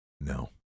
no